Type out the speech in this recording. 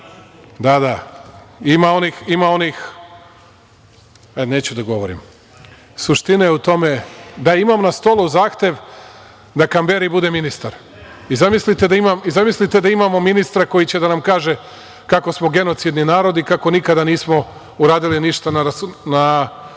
stolu...)Ima onih… ajde, neću da govorim. Suština je u tome…Da, imam na stolu zahtev da Kamberi bude ministar. Zamislite da imamo ministra koji će da nam kaže kako smo genocidni narod i nikada nismo uradili ništa na